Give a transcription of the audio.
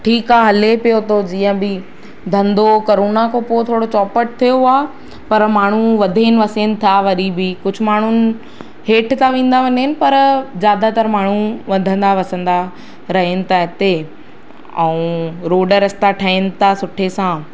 ठीकु आहे हले थो पियो जीअं बि धंधो करोना खां पोइ थोरो चौपट थियो आहे पर माण्हू वधनि वसनि था वरी बि कुझु माण्हुनि हेठि था वेंदा वञनि पर ज़्यादातर माण्हू वधंदा वसंदा रहनि था हिते ऐं रोड रस्ता ठहनि था सुठे सां